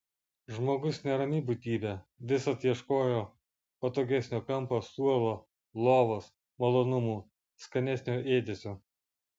žmogus nerami būtybė visad ieškojo patogesnio kampo suolo lovos malonumų skanesnio ėdesio